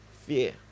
Fear